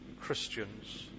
Christians